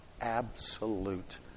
absolute